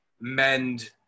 mend